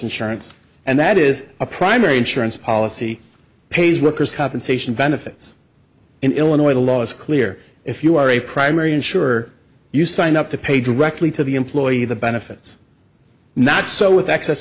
insurance and that is a primary insurance policy pays worker's compensation benefits in illinois the law is clear if you are a primary insurer you sign up to pay directly to the employee the benefits not so with access